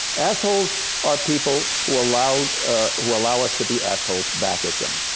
assholes are people who allow who allow us to be assholes back at them,